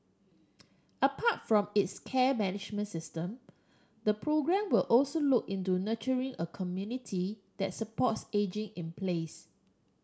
apart from its care management system the programme will also look into nurturing a community that supports ageing in place